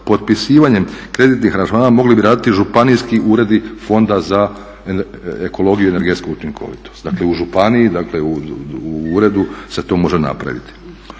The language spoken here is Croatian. kreditnih aranžmana mogli bi raditi županijski uredi Fonda za ekologiju i energetsku učinkovitost. Dakle u županiji, u uredu se to može napraviti.